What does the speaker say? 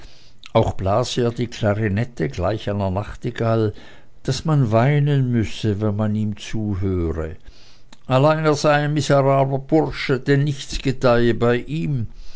auch blase er die klarinette gleich einer nachtigall daß man weinen müsse wenn man ihm zuhöre allein er sei ein ganz miserabler bursche denn nichts gedeihe bei ihm